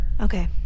Okay